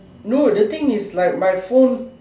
no the thing is like my phone